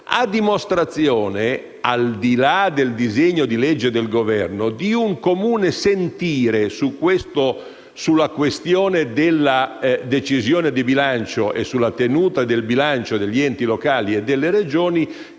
a dimostrazione, al di là del disegno di legge del Governo, di un comune sentire che c'è tra le forze politiche sulla questione della decisione di bilancio e della tenuta del bilancio degli enti locali e delle Regioni.